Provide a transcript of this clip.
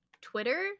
twitter